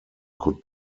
could